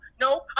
no